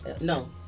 No